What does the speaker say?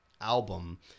album